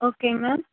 okay ma'am